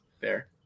Fair